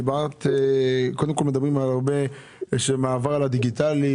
מדברים על מעבר לדיגיטלי,